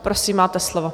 Prosím, máte slovo.